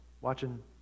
watching